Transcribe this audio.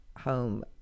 home